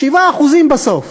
7% בסוף.